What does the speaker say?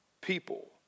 people